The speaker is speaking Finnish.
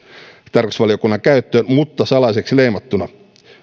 tarkastusvaliokunnan käyttöön mutta salaiseksi leimattuna